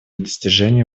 достижения